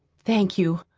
thank you,